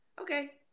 Okay